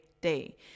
day